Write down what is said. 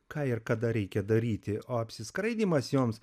ką ir kada reikia daryti o apsiskraidymas joms